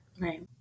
Right